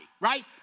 right